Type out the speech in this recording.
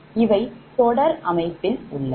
இவை தொடர் அமைப்பில் உள்ளது